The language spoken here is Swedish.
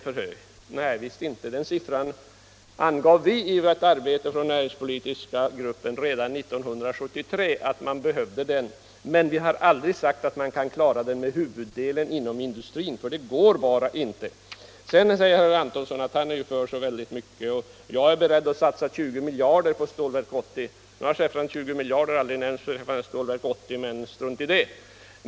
Redan 1973 angav vi i den näringspolitiska gruppen att det behövdes så många jobb, men vi har aldrig sagt att vi kan placera huvuddelen av dem inom industrin, för det går bara inte. Herr Antonsson är för så väldigt mycket, han är beredd att satsa 20 miljarder på Stålverk 80. Nu har siffran 20 miljarder aldrig nämnts beträffande Stålverk 80, men strunt i det.